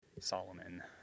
Solomon